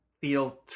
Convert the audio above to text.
feel